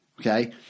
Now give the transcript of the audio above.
okay